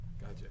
Gotcha